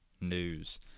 news